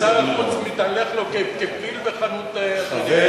שר החוץ מתהלך לו כפיל בחנות חרסינה,